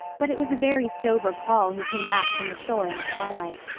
but it was a very sober paul who came back from the shore in the twilight.